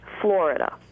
Florida